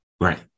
Right